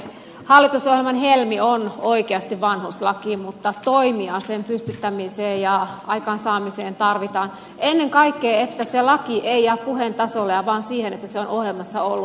hallitusohjelman helmi on oikeasti vanhuslaki mutta toimia sen pystyttämiseen ja aikaansaamiseen tarvitaan ennen kaikkea jotta se laki ei jää puheen tasolle ja vain siihen että se on ohjelmassa ollut